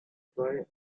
boy